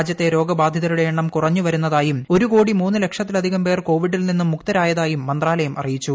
രാജ്യത്തെ രോഗബ്ലാധിത്രുടെ എണ്ണം കുറഞ്ഞ് വരുന്നതായും ഒരു കോടി ദ ദ ലക്ഷത്തിലധിക്ക് പ്പേർ കോവിഡിൽ നിന്നും മുക്തരായതായും മന്ത്രാലയം അറിയിച്ചു